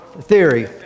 theory